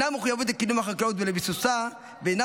אינה מחויבת לקידום החקלאות ולביסוסה ואינה